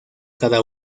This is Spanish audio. cada